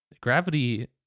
Gravity